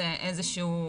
זה איזשהו,